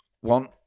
one